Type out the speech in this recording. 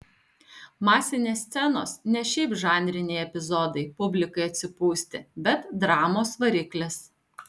masinės scenos ne šiaip žanriniai epizodai publikai atsipūsti bet dramos variklis